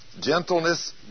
gentleness